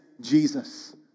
Jesus